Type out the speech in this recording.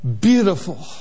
Beautiful